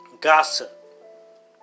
Gossip